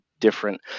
different